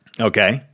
okay